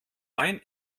main